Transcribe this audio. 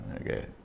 okay